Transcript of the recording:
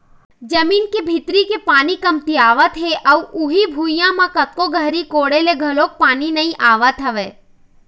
जमीन के भीतरी के पानी कमतियावत हे अउ उही भुइयां म कतको गहरी कोड़े ले घलोक पानी नइ आवत हवय